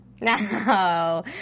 No